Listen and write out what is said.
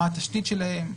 מה התשתית שלהם.